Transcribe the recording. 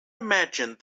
imagined